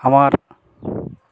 আমার